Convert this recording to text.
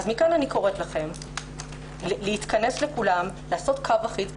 מכאן אני קוראת לכולם להתכנס ולעשות קו אחיד.